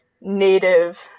native